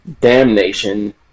Damnation